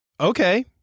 Okay